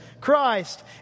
Christ